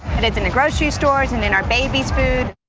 and it's in the grocery stores and in our baby's foods.